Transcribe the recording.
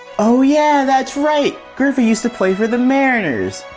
oh, yeah, that's right, griffey used to play for the mariners.